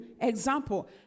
Example